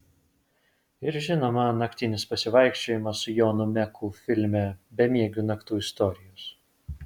ir žinoma naktinis pasivaikščiojimas su jonu meku filme bemiegių naktų istorijos